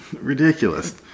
ridiculous